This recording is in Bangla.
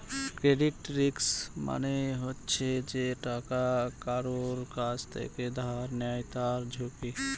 ক্রেডিট রিস্ক মানে হচ্ছে যে টাকা কারুর কাছ থেকে ধার নেয় তার ঝুঁকি